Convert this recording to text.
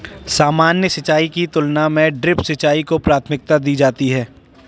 सामान्य सिंचाई की तुलना में ड्रिप सिंचाई को प्राथमिकता दी जाती है